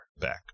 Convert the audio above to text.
back